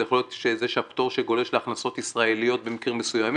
זה יכול להיות זה שהפטור גולש להכנסות ישראליות במקרים מסוימות,